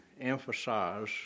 emphasize